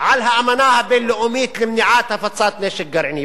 על האמנה הבין-לאומית למניעת הפצת נשק גרעיני,